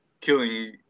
killing